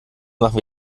machen